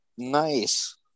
Nice